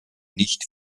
nicht